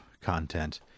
content